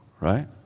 right